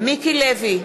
מיקי לוי,